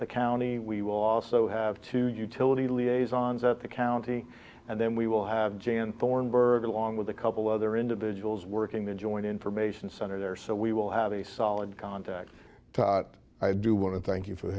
the county we will also have to utility liaison's at the county and then we will have jan thornburg along with a couple other individuals working the joint information center there so we will have a solid contact thought i do want to thank you for